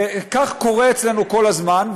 וכך קורה אצלנו כל הזמן,